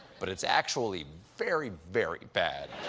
but it's actually. very very bad.